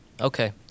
Okay